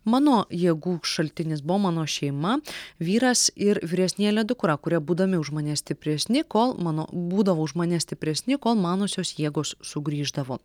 mano jėgų šaltinis buvo mano šeima vyras ir vyresnėlė dukra kurie būdami už mane stipresni kol mano būdavo už mane stipresni kol manosios jėgos sugrįždavo